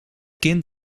kind